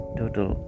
total